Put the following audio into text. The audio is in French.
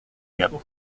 gap